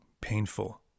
painful